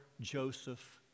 Joseph